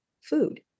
food